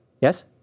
Yes